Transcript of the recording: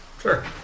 Sure